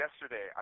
yesterday